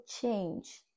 change